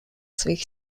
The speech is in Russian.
своих